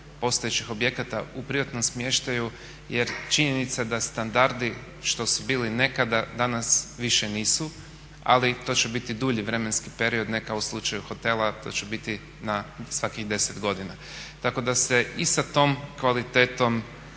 postojećih objekata u privatnom smještaju jer činjenica je da standardi što su bili nekada danas više nisu. Ali to će biti dulji vremenski period, ne kao u slučaju hotela, to će biti na svakih 10 godina. Tako da se i sa tom kvalitetom